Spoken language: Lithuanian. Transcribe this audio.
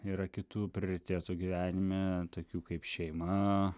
yra kitų prioritetų gyvenime tokių kaip šeima